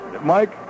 Mike